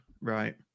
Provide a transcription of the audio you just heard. Right